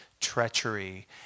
treachery